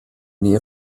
nähe